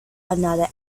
another